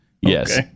Yes